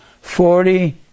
forty